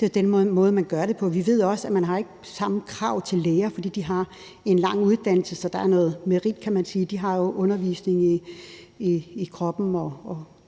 Det er den måde, man gør det på. Vi ved også, at man ikke har samme krav til læger, fordi de har en lang uddannelse, så der er noget merit, kan man sige – de har jo undervisning i kroppen og